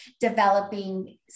developing